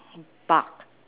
bark